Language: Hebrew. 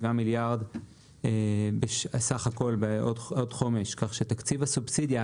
מיליארד סך הכל כך שתקציב הסובסידיה,